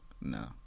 No